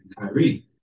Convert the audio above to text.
Kyrie